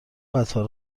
قطار